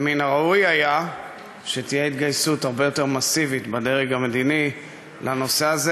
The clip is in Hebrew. ומן הראוי היה שתהיה התגייסות הרבה יותר מסיבית בדרג המדיני לנושא הזה.